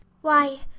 Why